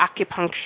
acupuncture